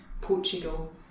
Portugal